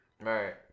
Right